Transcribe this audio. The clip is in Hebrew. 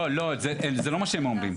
לא, לא, זה לא מה שהם אומרים.